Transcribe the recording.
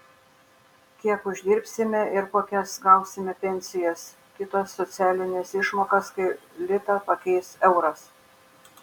kiek uždirbsime ir kokias gausime pensijas kitas socialines išmokas kai litą pakeis euras